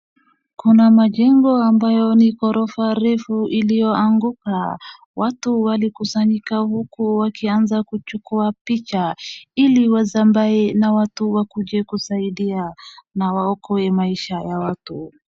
kuna majengo ambayo ni nghrofa refu iliyoanguka. Watu walikusanyika huku wakianza kuchukua picha ili wasambaze na watu wakuje kusaidia na waokoe maisha ya watu.